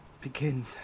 begin